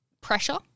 pressure